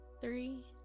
three